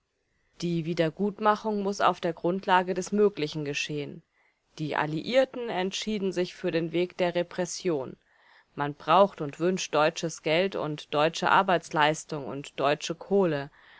die wiedergutmachung muß auf der grundlage des möglichen geschehen die alliierten entschieden sich für den weg der repression man braucht und wünscht deutsches geld und deutsche arbeitsleistung und deutsche kohle